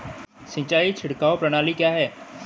सिंचाई छिड़काव प्रणाली क्या है?